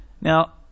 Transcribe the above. Now